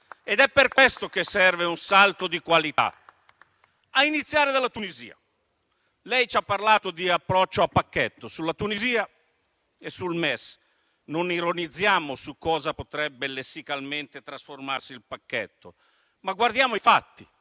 È per questo che serve un salto di qualità, ad iniziare dalla Tunisia. Lei ci ha parlato di approccio "a pacchetto" sulla Tunisia e sul MES: non ironizziamo su cosa potrebbe lessicalmente trasformarsi il pacchetto, ma guardiamo ai fatti.